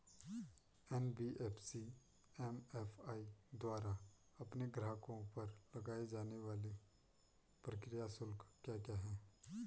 NBFC MFI द्वारा अपने ग्राहकों पर लगाए जाने वाले प्रक्रिया शुल्क क्या क्या हैं?